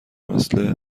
مثل